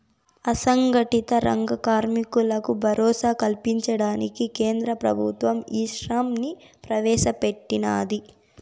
అసంగటిత రంగ కార్మికులకు భరోసా కల్పించడానికి కేంద్ర ప్రభుత్వం ఈశ్రమ్ ని ప్రవేశ పెట్టినాది